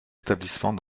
établissements